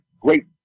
great